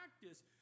practice